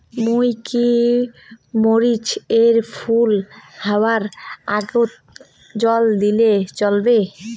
মুই কি মরিচ এর ফুল হাওয়ার আগত জল দিলে চলবে?